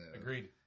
Agreed